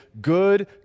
good